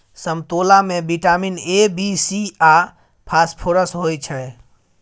समतोला मे vitamin A, B, C आ फास्फोरस होइ छै